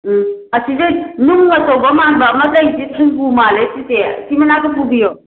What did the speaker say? ꯎꯝ ꯑꯁꯤꯁꯦ ꯅꯨꯡ ꯑꯆꯧꯕ ꯃꯥꯟꯕ ꯑꯃ ꯂꯩꯁꯦ ꯊꯦꯡꯒꯨ ꯃꯥꯜꯂꯦ ꯆꯤꯆꯦ ꯑꯁꯤꯒꯤ ꯃꯅꯥꯛꯇ ꯄꯨꯕꯤꯌꯣ